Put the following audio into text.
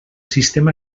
sistema